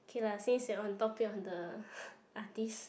okay lah since we on topic on the artist